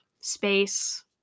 space